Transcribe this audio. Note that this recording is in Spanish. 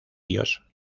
dios